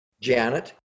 Janet